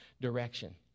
direction